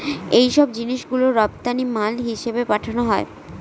এইসব জিনিস গুলো রপ্তানি মাল হিসেবে পাঠানো হয়